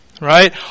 Right